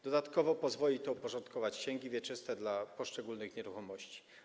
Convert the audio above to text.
Dodatkowo pozwoli to uporządkować księgi wieczyste dla poszczególnych nieruchomości.